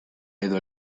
edo